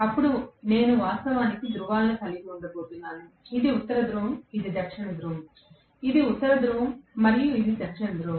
అప్పుడు నేను వాస్తవానికి ధ్రువాలను కలిగి ఉండబోతున్నాను ఇది ఉత్తర ధ్రువం ఇది దక్షిణ ధృవం ఇది ఉత్తర ధ్రువం మరియు ఇది దక్షిణ ధ్రువం